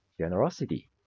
generosity